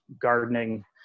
gardening